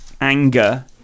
anger